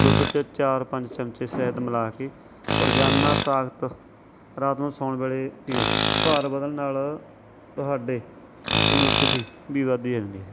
ਦੁੱਧ 'ਚ ਚਾਰ ਪੰਜ ਚਮਚੇ ਸ਼ਹਿਦ ਮਿਲਾ ਕੇ ਰੋਜ਼ਾਨਾ ਤਾਕਤ ਰਾਤ ਨੂੰ ਸੌਣ ਵੇਲੇ ਪੀਓ ਭਾਰ ਵਧਣ ਨਾਲ ਤੁਹਾਡੇ ਕਮਿਊਟਟੀ ਵੀ ਵੱਧਦੀ ਰਹਿੰਦੀ ਹੈ